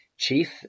chief